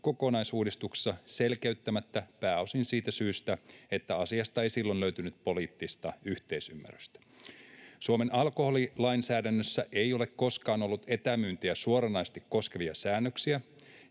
kokonaisuudistuksessa selkeyttämättä pääosin siitä syystä, että asiasta ei silloin löytynyt poliittista yhteisymmärrystä. Suomen alkoholilainsäädännössä ei ole koskaan ollut etämyyntiä suoranaisesti koskevia säännöksiä,